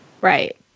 Right